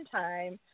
time